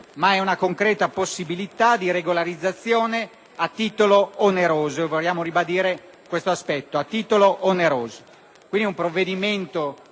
una concreta possibilità di regolarizzazione a titolo oneroso; vogliamo ribadire questo aspetto: a titolo oneroso. Si tratta di un provvedimento